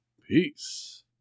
Peace